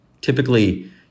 Typically